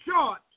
short